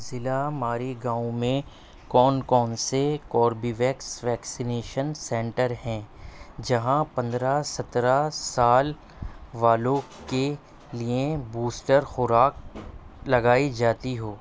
ضلع ماری گاؤں میں کون کون سے کوربیویکس ویکسینیشن سینٹر ہیں جہاں پندرہ سترہ سال والوں کی لیے بوسٹر خوراک لگائی جاتی ہو